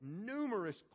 numerous